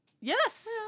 Yes